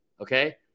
okay